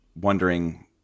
wondering